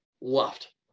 left